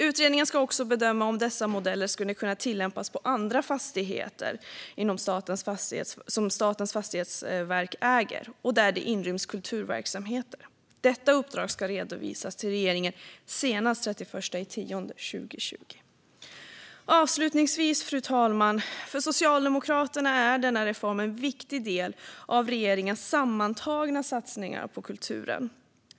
Utredningen ska också bedöma om dessa modeller skulle kunna tillämpas på andra fastigheter som Statens fastighetsverk äger och där det inryms kulturverksamheter. Detta uppdrag ska redovisas till regeringen senast den 31 oktober 2020. Avslutningsvis, fru talman: För Socialdemokraterna är denna reform en viktig del av regeringens sammantagna satsningar på kulturen.